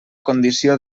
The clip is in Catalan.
condició